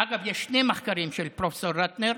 אגב, יש שני מחקרים של פרופ' רטנר,